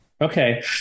okay